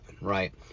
right